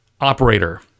operator